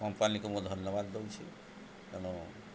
କମ୍ପାନୀକୁ ମୁଁ ଧନ୍ୟବାଦ ଦେଉଛି ତେଣୁ